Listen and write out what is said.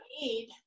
need